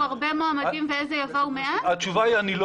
יש גם